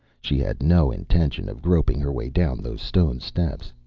she had no intention of groping her way down those stone steps.